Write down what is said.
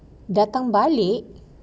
datang balik